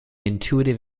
intuitive